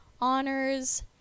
honors